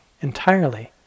entirely